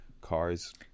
Cars